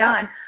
done